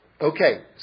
Okay